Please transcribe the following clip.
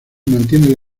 mantiene